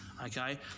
Okay